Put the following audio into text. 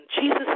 jesus